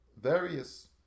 various